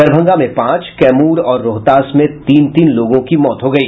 दरभंगा में पांच कैमूर और रोहतास में तीन तीन लोगों की मौत हो गयी